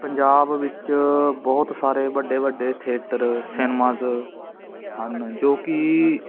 ਪੰਜਾਬ ਵਿੱਚ ਬਹੁਤ ਸਾਰੇ ਵੱਡੇ ਵੱਡੇ ਥੀਏਟਰ ਸਿਨੇਮਾਜ਼ ਹਨ ਜੋ ਕਿ